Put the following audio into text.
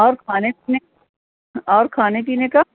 اور کھانے پینے اور کھانے پینے کا